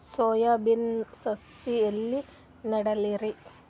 Soya ಬಿನದು ಸಸಿ ಎಲ್ಲಿ ನೆಡಲಿರಿ?